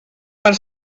per